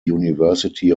university